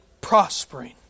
prospering